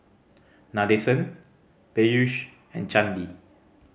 Nadesan Peyush and Chandi